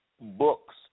books